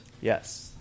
Yes